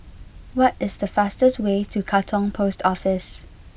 what is the fastest way to Katong Post Office